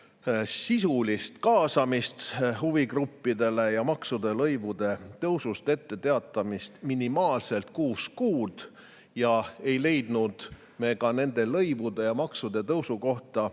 sisulist kaasamist huvigruppidele ja maksude, lõivude tõusust etteteatamist minimaalselt kuus kuud. Ei leidnud me ka nende lõivude ja maksude tõusu kohta